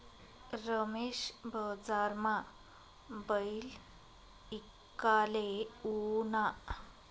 रमेश बजारमा बैल ईकाले ऊना